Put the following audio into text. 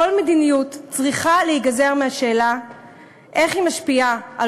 כל מדיניות צריכה להיגזר מהשאלה איך היא משפיעה על